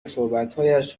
صحبتهایش